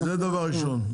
זה דבר ראשון.